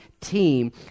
team